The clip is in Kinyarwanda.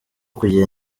kugenda